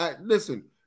Listen